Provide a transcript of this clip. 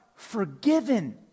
forgiven